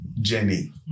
Jenny